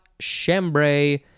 Chambray